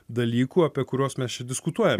dalykų apie kuriuos mes čia diskutuojam